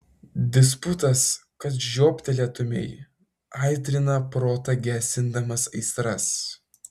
disputas kad žioptelėtumei aitrina protą gesindamas aistras